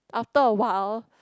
after awhile